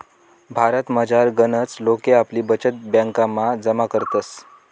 भारतमझार गनच लोके आपली बचत ब्यांकमा जमा करतस